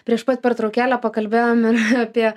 prieš pat pertraukėlę pakalbėjom ir apie